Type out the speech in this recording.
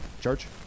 church